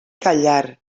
callar